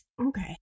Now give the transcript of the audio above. Okay